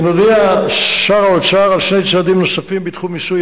שר האוצר הודיע על שני צעדים נוספים בתחום מיסוי